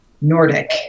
nordic